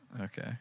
Okay